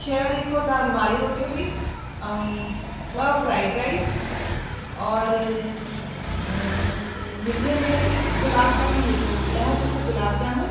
छह लिखो तव्हां रुमाली रोटियूं बि ऐं ॿ फ्राईड राईस और मिठे में गुलाब जामुन लिखो ॾह पीस गुलाब जामुन